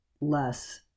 less